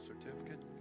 certificate